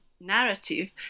narrative